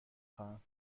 خواهم